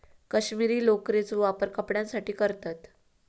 कश्मीरी लोकरेचो वापर कपड्यांसाठी करतत